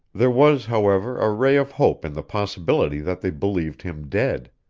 there was, however, a ray of hope in the possibility that they believed him dead.